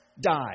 died